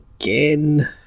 again